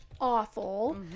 awful